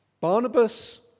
Barnabas